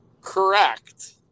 correct